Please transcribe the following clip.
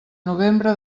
novembre